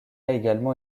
également